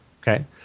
Okay